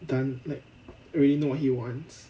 done like already know what he wants